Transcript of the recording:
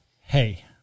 hey